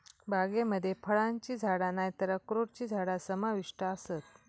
बागेमध्ये फळांची झाडा नायतर अक्रोडची झाडा समाविष्ट आसत